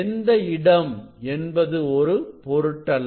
எந்த இடம் என்பதுஒரு பொருட்டல்ல